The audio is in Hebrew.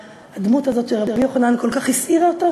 הדמות הזאת של רבי יוחנן כל כך הסעירה אותו,